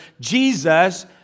Jesus